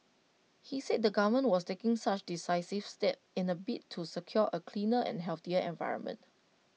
he said the government was taking such decisive steps in A bid to secure A cleaner and healthier environment